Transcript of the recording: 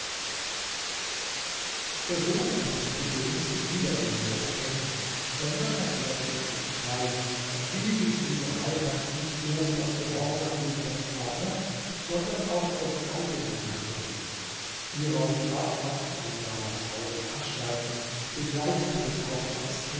der sohn gab nicht den geringsten widerwillen zu erkennen sondern erklärte im gegenteil er willige in diese heirat nicht bloß aus gehorsam gegen seinen vater sondern auch aus eigener neigung hierauf traf man in ali babas hause anstalten den leichnam des hauptmanns